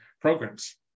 programs